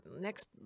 next